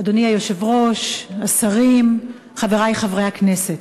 אדוני היושב-ראש, השרים, חברי חברי הכנסת,